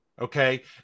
Okay